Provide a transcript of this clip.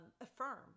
affirm